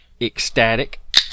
ecstatic